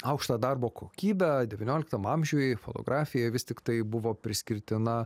aukštą darbo kokybę devynioliktam amžiuj fotografija vis tiktai buvo priskirtina